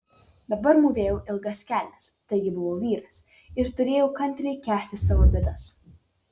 dabar mūvėjau ilgas kelnes taigi buvau vyras ir turėjau kantriai kęsti savo bėdas